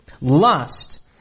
Lust